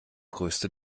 größte